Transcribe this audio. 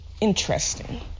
Interesting